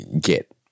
get